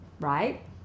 right